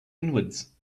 inwards